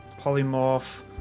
polymorph